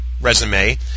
resume